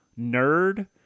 nerd